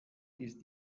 ist